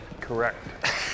Correct